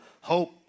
hope